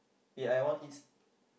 ah I want eats